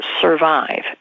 survive